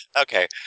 Okay